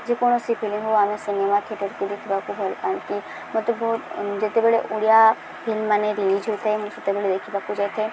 ଯେକୌଣସି ଫିଲ୍ମ ହେଉ ଆମେ ସିନେମା ଥିଏଟର୍କୁ ଦେଖିବାକୁ ଭଲ ଲାଗେ ମୋତେ ବହୁତ ଯେତେବେଳେ ଓଡ଼ିଆ ଫିଲ୍ମମାନ ରିଲିଜ୍ ହୋଇଥାଏ ମୁଁ ସେତେବେଳେ ଦେଖିବାକୁ ଯାଇଥାଏ